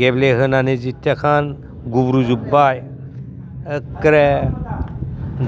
गेब्लेहोनानै जितियाकान गुब्रुजोबबाय एक्केरे